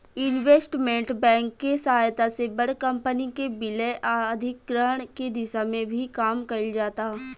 investment bank के सहायता से बड़ कंपनी के विलय आ अधिग्रहण के दिशा में भी काम कईल जाता